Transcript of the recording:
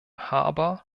harbour